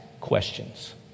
questions